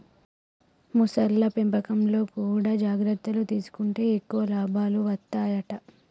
మొసళ్ల పెంపకంలో కూడా జాగ్రత్తలు తీసుకుంటే ఎక్కువ లాభాలు వత్తాయట